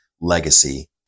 legacy